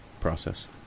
process